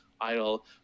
idle